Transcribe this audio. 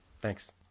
Thanks